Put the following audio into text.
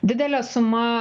didelė suma